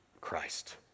Christ